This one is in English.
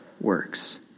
works